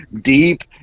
deep